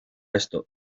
esto